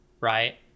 right